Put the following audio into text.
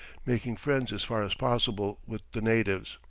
making friends as far as possible with the natives.